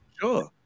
sure